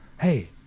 hey